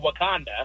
wakanda